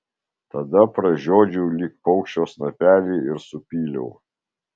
tada pražiodžiau lyg paukščio snapelį ir supyliau